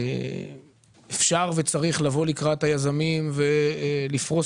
אפשר וצריך לבוא לקראת היזמים ולפרוס